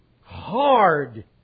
hard